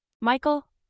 Michael